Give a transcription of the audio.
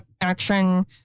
action